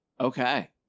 okay